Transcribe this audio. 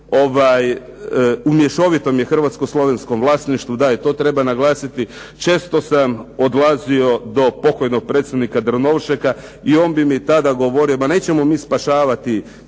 u mješovitom je Hrvatsko-slovenskom vlasništvu da i to treba naglasiti, često sam odlazio do pokojnog predsjednika Drnovšeka, koji je govorio ma nećemo mi spašavati